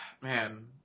man